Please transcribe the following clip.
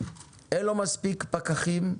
אין לו מספיק פקחים,